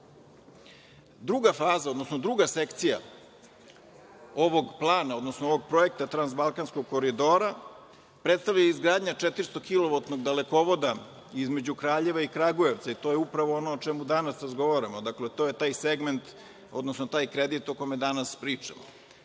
8.Druga faza, odnosno druga sekcija ovog plana, odnosno ovog projekta Transbalkanskog koridora predstavlja izgradnja 400-kilovoltnog dalekovoda između Kraljeva i Kragujevca. To je upravo ono o čemu danas razgovaramo. Dakle, to je taj segment, odnosno taj kredit o kome danas pričamo. Treća